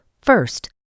First